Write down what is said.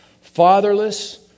Fatherless